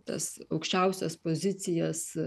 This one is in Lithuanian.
tas aukščiausias pozicijas